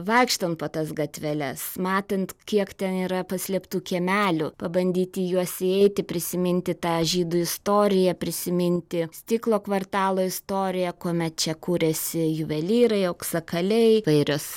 vaikštant po tas gatveles matant kiek ten yra paslėptų kiemelių pabandyti juos įeiti prisiminti tą žydų istoriją prisiminti stiklo kvartalo istoriją kuomet čia kurėsi juvelyrai auksakaliai įvairios